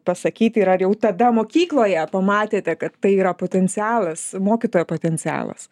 pasakyti ir ar jau tada mokykloje pamatėte kad tai yra potencialas mokytojo potencialas